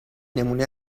نمونه